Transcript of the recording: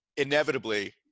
Inevitably